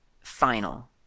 final